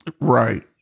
right